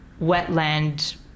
wetland